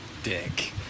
dick